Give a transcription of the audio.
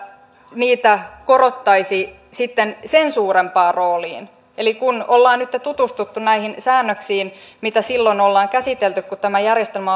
niitä korottaisi sitten sen suurempaan rooliin eli kun olemme nyt tutustuneet näihin säännöksiin mitä silloin ollaan käsitelty kun tämä järjestelmä